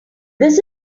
this